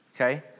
Okay